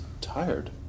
tired